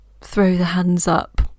throw-the-hands-up